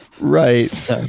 Right